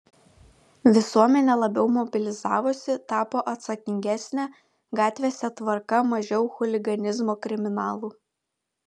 visuomenė labiau mobilizavosi tapo atsakingesnė gatvėse tvarka mažiau chuliganizmo kriminalų